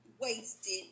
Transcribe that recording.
wasted